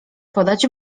podać